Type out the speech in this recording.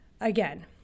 again